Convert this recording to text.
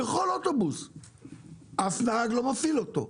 אבל אף נהג לא מפעיל אותו.